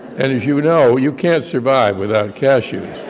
and as you know, you can't survive without cashews.